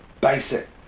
basic